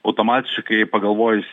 automatiškai pagalvojus